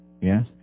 Yes